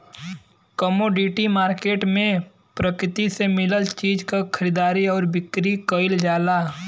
commodity market में प्रकृति से मिलल चीज क खरीद आउर बिक्री कइल जाला